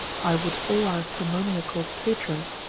i would all our simoniacal patrons,